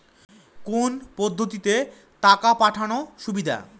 কোন পদ্ধতিতে টাকা পাঠানো সুবিধা?